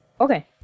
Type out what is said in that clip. Okay